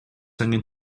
angen